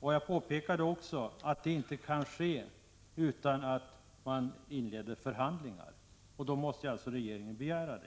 Jag påpekade också att detta inte kan ske utan att man inleder förhandlingar. Regeringen måste alltså begära